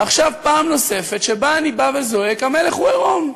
ועכשיו, פעם נוספת שאני בא וזועק: המלך הוא עירום.